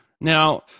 Now